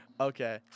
Okay